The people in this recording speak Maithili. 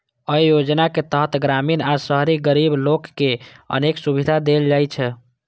अय योजनाक तहत ग्रामीण आ शहरी गरीब लोक कें अनेक सुविधा देल जाइ छै